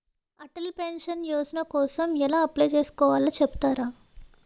Atal pension యోజన కోసం ఎలా అప్లయ్ చేసుకోవాలో చెపుతారా?